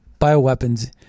bioweapons